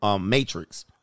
matrix